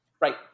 Right